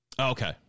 Okay